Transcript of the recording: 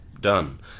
done